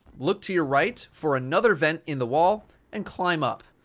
look to your right for another vent in the wall and climb up.